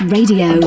Radio